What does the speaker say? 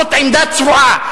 זאת עמדה צבועה.